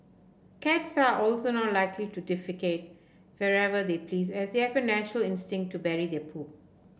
cats are also not likely to defecate wherever they please as they have a natural instinct to bury their poop